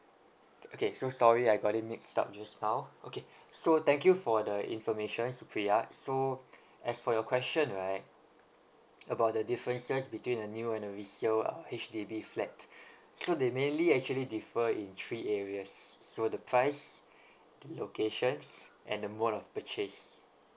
okay so sorry I got it mixed up just now okay so thank you for the information supriya so as for your question right about the differences between a new and a resale uh H_D_B flat so they mainly actually differ in three areas so the price the locations and the mode of purchase